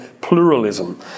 pluralism